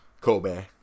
Kobe